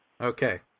Okay